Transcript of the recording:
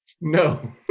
No